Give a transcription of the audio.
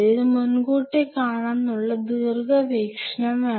ഇത് മുൻകൂട്ടി കാണാനുള്ള ദീർഘ വീക്ഷണം വേണം